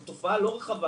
זו תופעה לא רחבה,